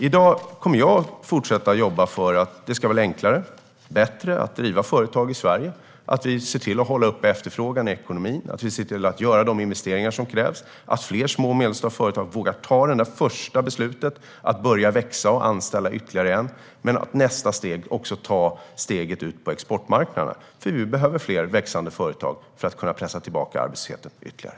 I dag kommer jag att fortsätta jobba för att det ska vara enklare och bättre att driva företag i Sverige, att vi ser till att hålla uppe efterfrågan i ekonomin, att vi ser till att göra de investeringar som krävs och att fler små och medelstora företag vågar ta det första beslutet om att börja växa och anställa ytterligare en och sedan också ta steget ut på exportmarknaderna. Vi behöver fler växande företag för att kunna pressa tillbaka arbetslösheten ytterligare.